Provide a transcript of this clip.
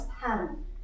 pattern